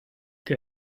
que